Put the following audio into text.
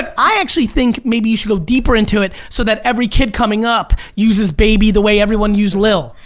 i actually think maybe you should go deeper into it so that every kid coming up uses baby the way everyone used lil.